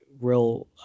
real